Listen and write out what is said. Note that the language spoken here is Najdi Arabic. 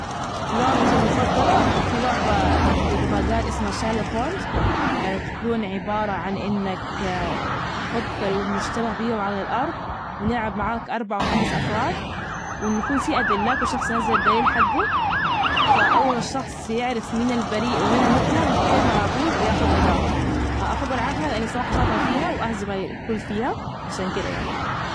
لعبتى المفضلة، في لعبة بالبطاقات اسمها شارلك هورمز، تكون عبارة عن إنك تحط المشتبه بيهم على الأرض، ونلعب معاك أربع أو خمس أفراد، ونكون في أدلة كل شخص نزل الدليل حجه، فأول ما الشخص يعرف مين البريء ومين المتهم يحط يده على طول، وياخد نجاط أحب ألعبها، لأني صراحة شاطرة فيها، وأهزم الكل فيها، عشان كده يعني.